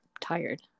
tired